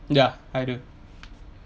ya I don't